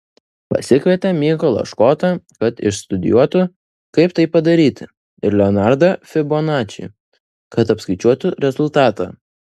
pasikvietė mykolą škotą kad išstudijuotų kaip tai padaryti ir leonardą fibonačį kad apskaičiuotų rezultatą